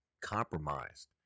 compromised